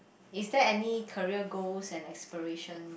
is there any career goals and aspiration